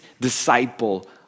disciple